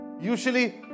Usually